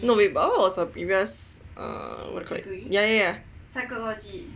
no but what was her previous ya ya ya